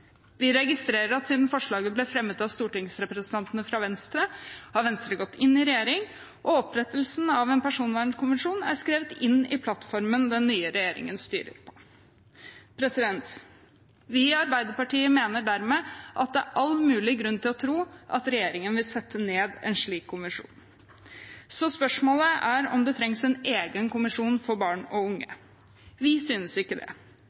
Vi registrerer at siden forslaget ble fremmet av stortingsrepresentantene fra Venstre, har Venstre gått inn i regjering, og opprettelse av en personvernkommisjon er skrevet inn i plattformen den nye regjeringen styrer etter. Vi i Arbeiderpartiet mener dermed at det er all mulig grunn til å tro at regjeringen vil sette ned en slik kommisjon. Så spørsmålet er om det trengs en egen kommisjon for barn og unge. Vi synes ikke det.